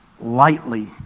lightly